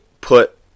put